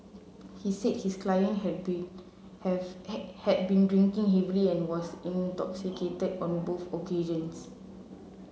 he said his client had been have had been drinking heavily and was intoxicated on both occasions